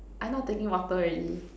I not taking water already